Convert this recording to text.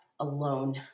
alone